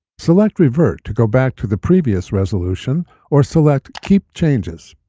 select revert to go back to the previous resolution or select keep changes.